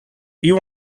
you